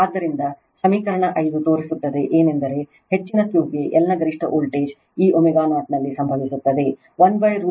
ಆದ್ದರಿಂದ ಸಮೀಕರಣ 5 ತೋರಿಸುತ್ತದೆ ಏನೆಂದರೆ ಹೆಚ್ಚಿನ Q ಗೆ L ನ ಗರಿಷ್ಠ ವೋಲ್ಟೇಜ್ ಈ ω0 ನಲ್ಲಿ ಸಂಭವಿಸುತ್ತದೆ 1√L C